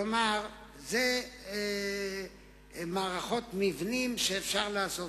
כלומר, אלה מערכות, מבנים, שאפשר לעשות.